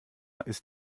ist